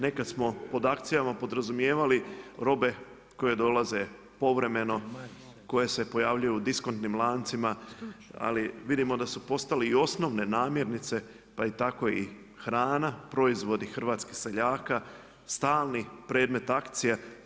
Nekada smo pod akcijama podrazumijevali robe koje dolaze povremeno, koje se pojavljuju u diskontnim lancima, ali vidimo da su postali i osnovne namirnice pa tako i hrana proizvodi hrvatskih seljaka stalni predmet akcije.